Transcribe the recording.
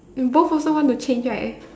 you both also want to change right